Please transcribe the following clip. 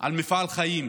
על מפעל חיים,